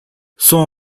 son